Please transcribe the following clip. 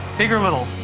big or little?